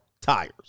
tires